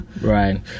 Right